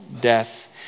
death